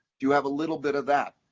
do you have a little bit of that?